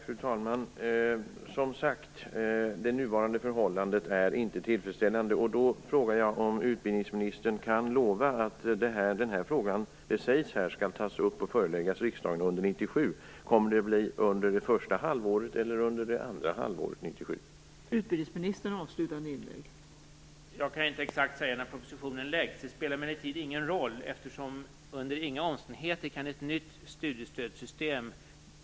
Fru talman! Det nuvarande förhållandet är, som sagt var, inte tillfredsställande, och då frågar jag om utbildningsministern kan lova att denna fråga, som det sägs här, skall tas upp och föreläggas riksdagen under 1997. Kommer det att bli under det första eller under det andra halvåret 1997?